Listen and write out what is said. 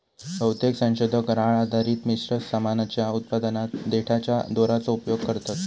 बहुतेक संशोधक राळ आधारित मिश्र सामानाच्या उत्पादनात देठाच्या दोराचो उपयोग करतत